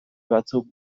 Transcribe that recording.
batzuk